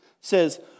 says